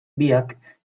biak